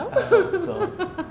I hope so